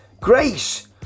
grace